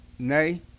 Nay